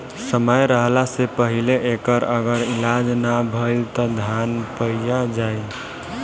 समय रहला से पहिले एकर अगर इलाज ना भईल त धान पइया जाई